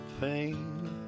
pain